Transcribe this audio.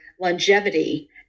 longevity